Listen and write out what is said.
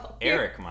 Eric